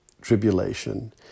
tribulation